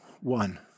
one